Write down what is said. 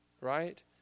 right